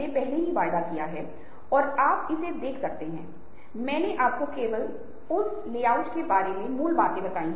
तो यह कंप्यूटर की मध्यस्थता वाला उपकरण है जो लोगों और कंपनियों संगठन को इनकी अनुमति देता है ये कीवर्ड हैं शेयर विनिमय जानकारी है